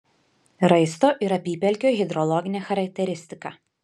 raisto ir apypelkio hidrologinė charakteristika